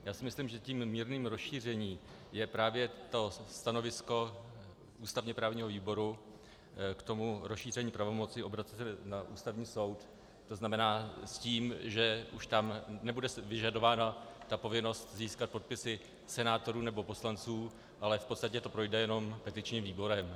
Já si myslím, že tím mírným rozšířením je právě to stanovisko ústavněprávního výboru k tomu rozšíření pravomocí obracet se na Ústavní soud, tzn. s tím, že už tam nebude vyžadována povinnost získat podpisy senátorů nebo poslanců, ale v podstatě to projde jenom petičním výborem.